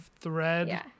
thread